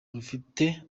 rufite